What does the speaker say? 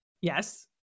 Yes